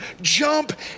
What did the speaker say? jump